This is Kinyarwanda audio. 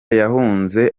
yahunze